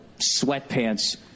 sweatpants